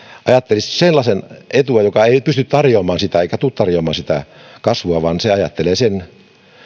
ajattelisi sellaisen etua joka ei ei pysty eikä tule tarjoamaan sitä kasvua vaan ajattelee sen